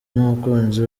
n’umukunzi